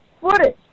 footage